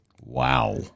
Wow